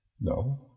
No